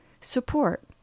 support